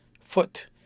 foot